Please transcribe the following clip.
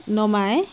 নমাই